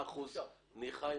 אם אתה אומר לי ב-10% - ניחא,